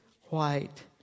white